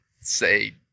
say